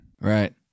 Right